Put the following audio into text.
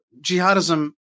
jihadism